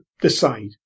decide